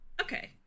Okay